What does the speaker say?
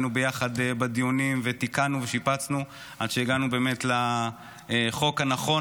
היינו ביחד בדיונים ותיקנו ושיפצנו עד שהגענו לחוק הנכון,